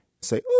say